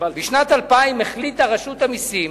בשנת 2000 החליטה רשות המסים